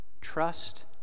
trust